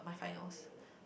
my finals